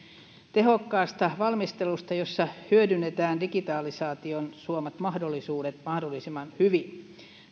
tehokkaasta valmistelusta jossa hyödynnetään digitalisaation suomat mahdollisuudet mahdollisimman hyvin